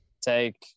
take